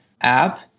app